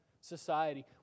society